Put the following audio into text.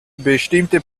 bestimmte